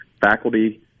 faculty